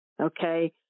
okay